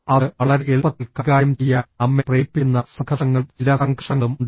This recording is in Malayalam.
അത് വളരെ എളുപ്പത്തിൽ കൈകാര്യം ചെയ്യാൻ നമ്മെ പ്രേരിപ്പിക്കുന്ന സംഘർഷങ്ങളും ചില സംഘർഷങ്ങളും ഉണ്ട്